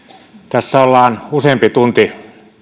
tässä ollaan useampi tunti